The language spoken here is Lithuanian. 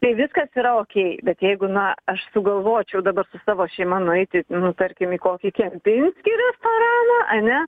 tai viskas yra okei bet jeigu na aš sugalvočiau dabar su savo šeima nueiti nu tarkim į kokį kempinski restoraną ane